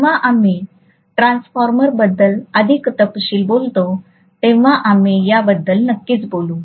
जेव्हा आम्ही ट्रान्सफॉर्मरबद्दल अधिक तपशीलात बोलतो तेव्हा आम्ही याबद्दल नक्कीच बोलू